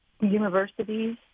universities